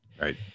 Right